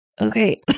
Okay